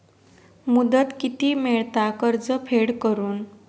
मुदत किती मेळता कर्ज फेड करून?